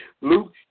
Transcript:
Luke